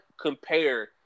compare